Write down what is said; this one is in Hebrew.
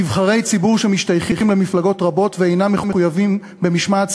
"נבחרי ציבור שמשתייכים למפלגות רבות ואינם מחויבים במשמעת